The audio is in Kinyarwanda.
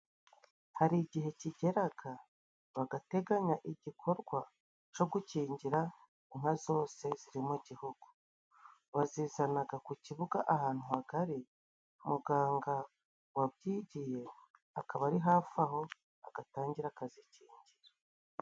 Hari igihe kigeraga bagateganya igikorwa co gukingira inka zose ziri mu gihugu, bazizanaga ku kibuga ahantu hagari muganga wabyigiye akaba ari hafi aho agatangira akazikingira.